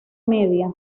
media